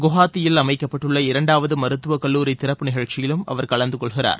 குவஹாத்தியில் அமைக்கப்பட்டுள்ள இரண்டாவதுமருத்துவகல்லூரி திறப்பு நிகழ்ச்சியிலும் அவர் கலந்துகொள்கிறார்